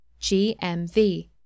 GMV